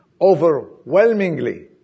overwhelmingly